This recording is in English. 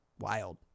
wild